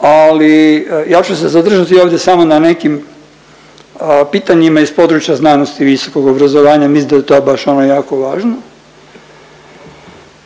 ali ja ću se zadržati ovdje samo na nekim pitanjima iz područja znanosti i visokog obrazovanja, mislim da je to baš ono jako važno.